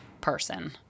person